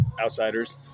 Outsiders